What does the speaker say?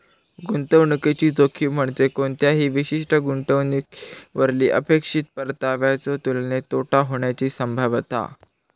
गुंतवणुकीची जोखीम म्हणजे कोणत्याही विशिष्ट गुंतवणुकीवरली अपेक्षित परताव्याच्यो तुलनेत तोटा होण्याची संभाव्यता